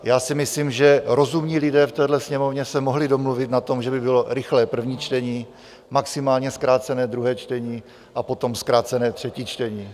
Já si myslím, že rozumní lidé v téhle Sněmovně se mohli domluvit na tom, že by bylo rychlé první čtení, maximálně zkrácené druhé čtení a potom zkrácené třetí čtení.